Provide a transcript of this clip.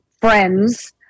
friends